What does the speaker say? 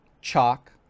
chalk